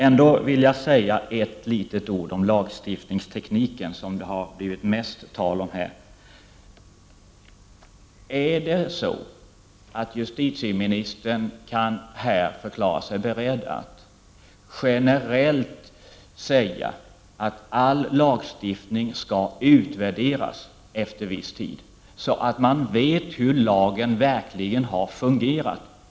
Jag vill trots detta säga något om lagstiftningstekniken, vilken det har blivit mest tal om i dessa sammanhang. Kan justitieministern här förklara sig beredd att generellt säga att all lagstiftning skall utvärderas efter viss tid, så att man vet hur lagen verkligen har fungerat?